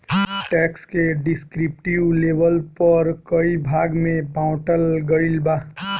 tax के descriptive label पर कई भाग में बॉटल गईल बा